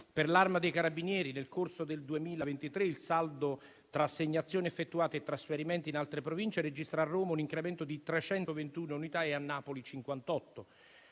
Per l'Arma dei carabinieri, nel corso del 2023, il saldo tra assegnazioni effettuate e trasferimenti in altre Province registra a Roma un incremento di 321 unità e a Napoli di